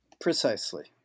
Precisely